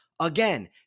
Again